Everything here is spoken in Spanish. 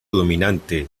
dominante